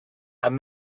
and